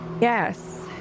Yes